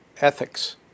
ethics